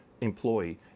employee